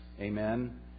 Amen